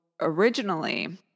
originally